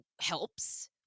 helps